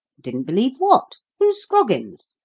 didn't believe what? who's scroggins?